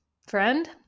friend